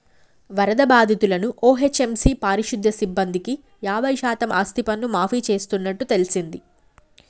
వరద బాధితులను ఓ.హెచ్.ఎం.సి పారిశుద్య సిబ్బందికి యాబై శాతం ఆస్తిపన్ను మాఫీ చేస్తున్నట్టు తెల్సింది